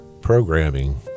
programming